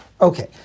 Okay